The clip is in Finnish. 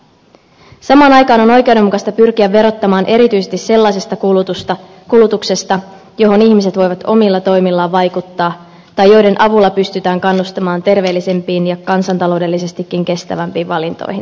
samaan aikaan on oikeudenmukaista pyrkiä verottamaan erityisesti sellaista kulutusta johon ihmiset voivat omilla toimillaan vaikuttaa ja sen avulla pystytään kannustamaan terveellisempiin ja kansantaloudellisestikin kestävämpiin valintoihin